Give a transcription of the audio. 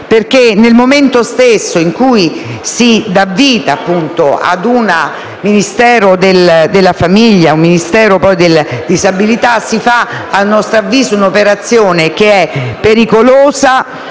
perché nel momento stesso in cui si dà vita a un Ministero della famiglia e della disabilità si fa, a nostro avviso, un'operazione pericolosa